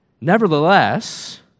nevertheless